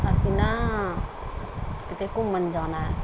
ਅਸੀਂ ਨਾ ਕਿਤੇ ਘੁੰਮਣ ਜਾਣਾ